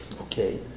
Okay